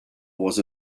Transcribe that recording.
was